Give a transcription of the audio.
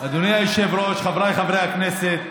אדוני היושב-ראש, חבריי חברי הכנסת,